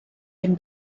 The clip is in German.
den